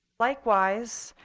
likewise,